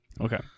Okay